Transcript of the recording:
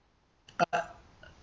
ah